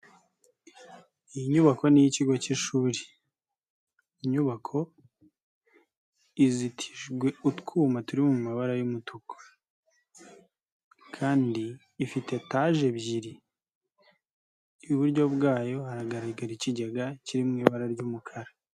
Iyi nyuko ni iy'ikigo cy'ishuri. Inyubako izitijwe utwuma turi mu mabara y'umutuku kandi Ifite taje byiri. Iburyo bwayo hagaragara ikigega kiri mu ibara ry'umukara.